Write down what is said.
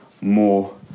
more